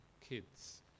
kids